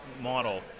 model